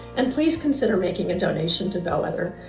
and please consider making a donation to bellwether.